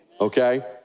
Okay